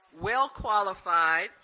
well-qualified